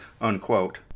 unquote